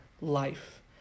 life